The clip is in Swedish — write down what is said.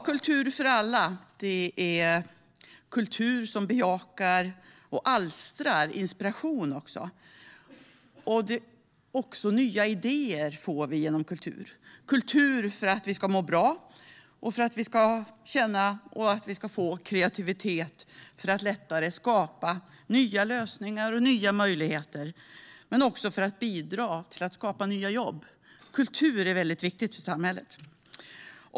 Kultur för alla handlar om kultur som bejakar och alstrar inspiration och nya idéer. Kultur handlar om att vi ska må bra och vara kreativa för att lättare skapa nya lösningar och nya möjligheter men också för att bidra till att skapa nya jobb. Kultur är mycket viktigt för samhället.